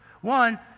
One